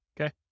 Okay